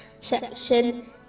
section